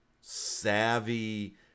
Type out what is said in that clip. savvy